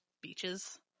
beaches